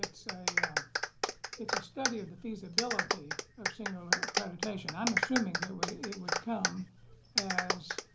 it's ah yeah it's a study of the feasibility of single accreditation. i'm assuming it would come as